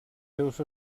seus